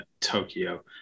Tokyo